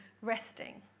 resting